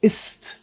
Ist